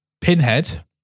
Pinhead